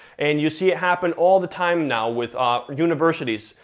and you see it happen all the time now, with universities,